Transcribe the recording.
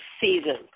season